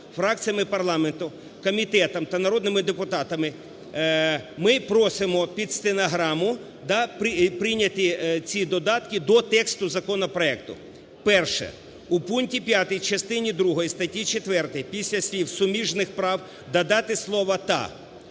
фракціями парламенту, комітетом та народними депутатами ми просимо під стенограму прийняти ці додатки до тексту законопроекту. Перше. У пункті 5 частини другої статті 4 після слів "суміжних прав" додати слово "та".